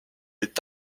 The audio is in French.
est